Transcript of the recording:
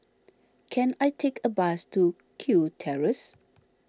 can I take a bus to Kew Terrace